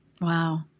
Wow